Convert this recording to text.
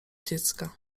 dziecka